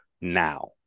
now